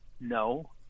no